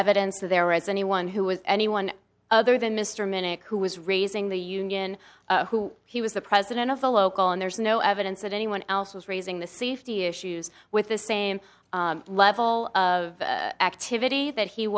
evidence of there as anyone who was anyone other than mr minnick who was raising the union who he was the president of the local and there's no evidence that anyone else was raising the safety issues with the same level of activity that he